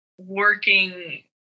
working